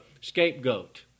scapegoat